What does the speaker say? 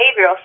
behavioral